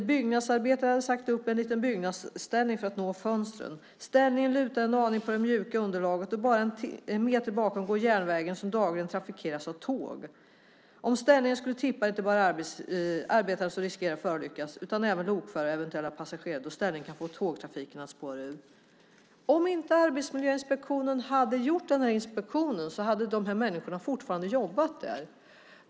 En byggnadsarbetare hade satt upp en liten byggnadsställning för att nå fönstren. Ställningen lutar en aning på det mjuka underlaget, och bara en meter bakom går järnvägen som dagligen trafikeras av tåg. Om ställningen skulle tippa är det inte bara arbetaren som riskerar att förolyckas utan även lokföraren och eventuella passagerare då ställningen kan få tågtrafiken att spåra ur. Om inte Arbetsmiljöinspektionen hade gjort denna inspektion hade dessa människor fortfarande jobbat där.